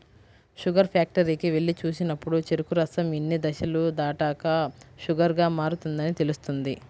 sugar ఫ్యాక్టరీకి వెళ్లి చూసినప్పుడు చెరుకు రసం ఇన్ని దశలు దాటాక షుగర్ గా మారుతుందని తెలుస్తుంది